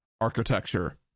architecture